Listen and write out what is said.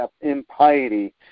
impiety